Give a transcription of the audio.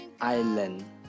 Island